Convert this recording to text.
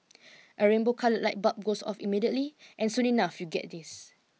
a rainbow coloured light bulb goes off immediately and soon enough you get this